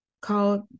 called